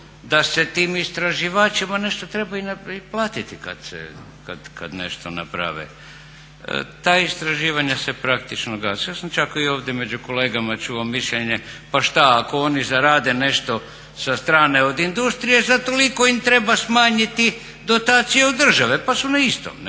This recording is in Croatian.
da se tim istraživačima nešto treba i platiti kada nešto naprave. Ta istraživanja se praktično gase. Ja sam čak ovdje među kolegama čuo mišljenje, pa šta ako oni zarade nešto sa strane od industrije za toliko im treba smanjiti dotaciju države pa su na istom.